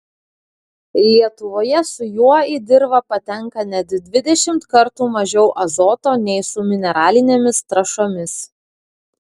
lietuvoje su juo į dirvą patenka net dvidešimt kartų mažiau azoto nei su mineralinėmis trąšomis